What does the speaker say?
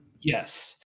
Yes